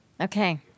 Okay